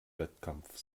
wettkampf